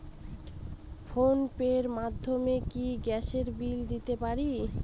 Phone pay র মাধ্যমে কি গ্যাসের বিল দিতে পারি?